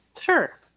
Sure